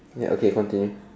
ya okay continue